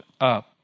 up